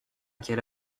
quelle